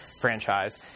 franchise